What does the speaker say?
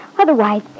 Otherwise